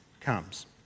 comes